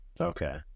Okay